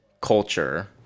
culture